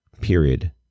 period